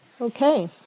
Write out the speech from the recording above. Okay